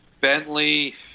Bentley